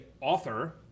author